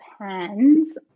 depends